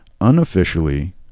Unofficially